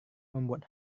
membuat